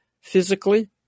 physically